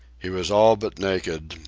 he was all but naked,